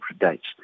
dates